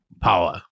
power